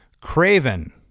Craven